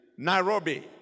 Nairobi